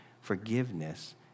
forgiveness